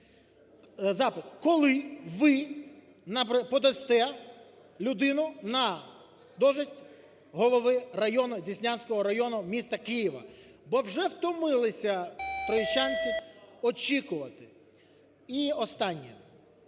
коли ви нам подасте людину на должность голови району, Деснянського району міста Києва? Бо вже втомилися троєщанці очікувати. І останнє.